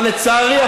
אבל לצערי,